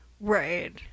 right